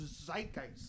zeitgeist